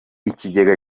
ikigega